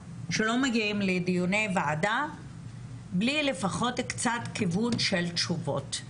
שלא מגיעים לדיוני ועדה בלי לפחות קצת כיוון של תשובות,